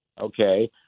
okay